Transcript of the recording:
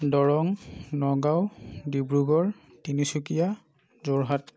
Darrang Nagaon Dibrugarh Tinsukia Jorhat